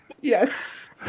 yes